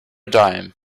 dime